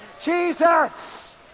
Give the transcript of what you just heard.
Jesus